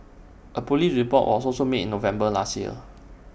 A Police report was also made in November last year